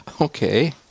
Okay